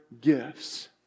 gifts